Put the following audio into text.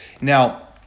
Now